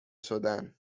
شدن